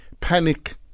panic